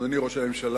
אדוני ראש הממשלה,